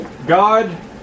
God